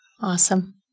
Awesome